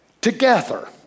together